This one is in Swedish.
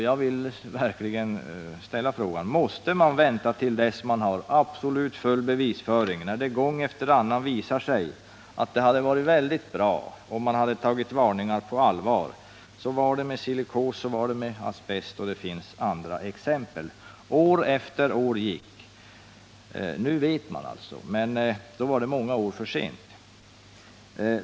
Jag vill verkligen ställa frågan: Måste vi vänta till dess vi har absolut full bevisföring, när det gång efter annan visar sig att det hade varit väldigt bra om man tagit varningarna på allvar? Så var det med silikos och asbest, och det finns även andra exempel. År efter år gick utan åtgärder. Nu vet man, men det är många år för sent.